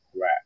Right